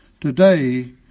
Today